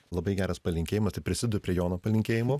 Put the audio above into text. labai geras palinkėjimas tai prisidedu prie jono palinkėjimų